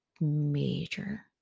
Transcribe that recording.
major